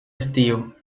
estío